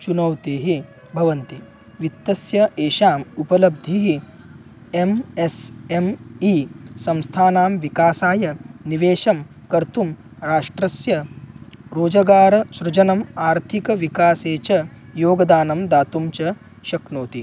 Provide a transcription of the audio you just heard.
चुनौतीः भवन्ति वित्तस्य एषाम् उपलब्धिः एम् एस् एम् ई संस्थानां विकासाय निवेशं कर्तुं राष्ट्रस्य रोजगारसृजनम् आर्थिकविकासे च योगदानं दातुं च शक्नोति